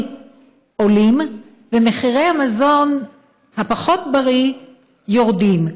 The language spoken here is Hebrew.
עולים ומחירי המזון הפחות-בריא יורדים.